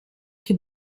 che